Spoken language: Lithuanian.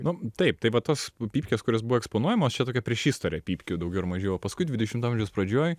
nu taip tai va tos pypkės kurios buvo eksponuojamos čia tokia priešistorė pypkių daugiau ar mažiau o paskui dvidešimto amžiaus pradžioj